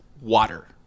water